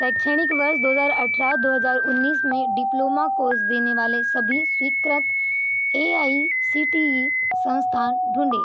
शैक्षणिक वर्ष दो हज़ार अठारह दो हज़ार उन्नीस में डिप्लोमा कोर्स देने वाले सभी स्वीकृत A I C T E संस्थान ढूँढें